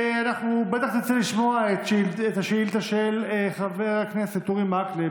בטח תרצה לשמוע את השאילתה של חבר הכנסת אורי מקלב,